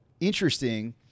interesting